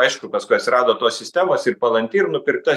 aišku paskui atsirado tos sistemos ir palanki ir nupirkta